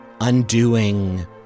undoing